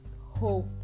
hope